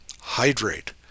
hydrate